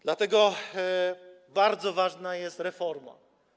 Dlatego bardzo ważna jest reforma.